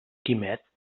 quimet